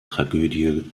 tragödie